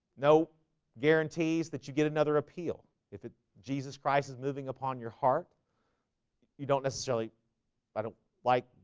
no guarantees that you get another appeal if it jesus christ is moving upon your heart you don't necessarily but ah like,